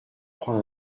prend